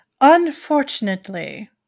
Unfortunately